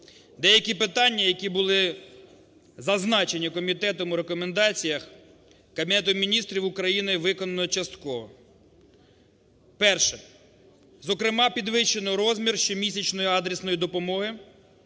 Деякі питання, які були зазначені комітетом у рекомендаціях, Кабінетом Міністрів України виконано частково. Перше. Зокрема, підвищено розмір щомісячної адресної допомоги